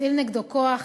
הפעיל נגדו כוח,